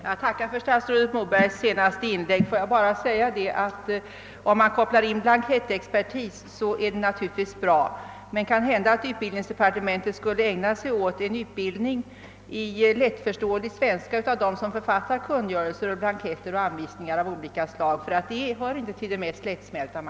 Herr talman! Jag tackar. statsrådet Moberg för hans senaste inlägg. Det är naturligtvis bra om blankettexpertis kopplas in, men utbildningsdepartementet kanske borde ägna sig åt utbildning i lättförståelig svenska av dem som författar kungörelser, blanketter och anvisningar av olika slag — de hör inte till det mest lättsmälta.